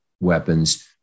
weapons